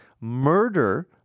murder